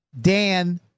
Dan